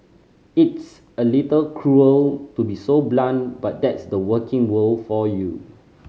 it's a little cruel to be so blunt but that's the working world for you